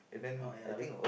uh oh ya lah